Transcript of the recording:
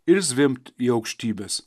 ir zvimbt į aukštybes